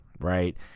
right